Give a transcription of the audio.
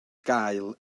gael